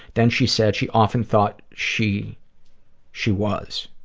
then she said she often thought she she was.